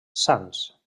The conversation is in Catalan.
sans